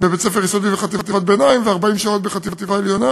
בבית-ספר יסודי וחטיבת ביניים ו-40 שעות בחטיבה עליונה,